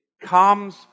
comes